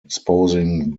exposing